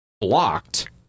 blocked